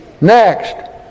Next